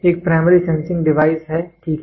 यह एक primary sensing device है ठीक है